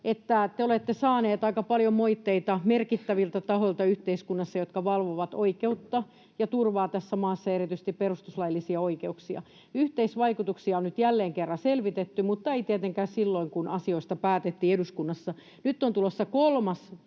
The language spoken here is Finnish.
Te olette saanut aika paljon moitteita merkittäviltä tahoilta yhteiskunnassa, jotka valvovat oikeutta ja turvaa tässä maassa ja erityisesti perustuslaillisia oikeuksia. Yhteisvaikutuksia on nyt jälleen kerran selvitetty mutta ei tietenkään silloin, kun asioista päätettiin eduskunnassa. Nyt on tulossa kolmas